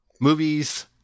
movies